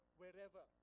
wherever